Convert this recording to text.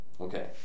Okay